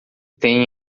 têm